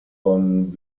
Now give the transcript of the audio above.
von